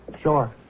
Sure